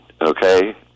okay